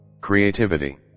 Creativity